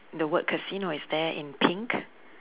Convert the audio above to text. the word casino is there in pink